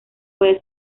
puede